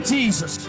Jesus